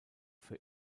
für